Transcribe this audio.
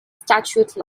statute